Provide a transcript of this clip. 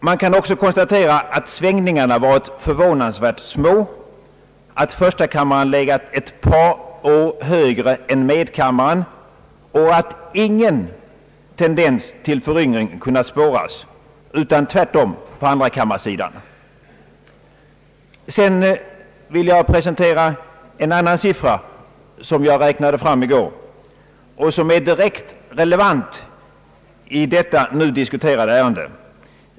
Man kan också konstatera att svängningarna varit förvånansvärt små, att medelåldern i förs ta kammaren legat ett par år högre än i medkammaren och att ingen tendens till föryngring har kunnat spåras; tvärtom på andrakammarsidan. Sedan vill jag presentera en annan siffra, som jag räknade fram i går, och som är direkt relevant för det nu diskuterade ärendet.